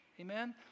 Amen